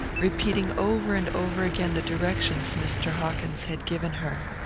repeating over and over again the directions mr. hawkins had given her.